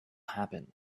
happen